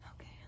Okay